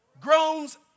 groans